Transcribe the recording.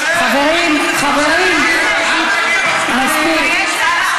תתבייש לך.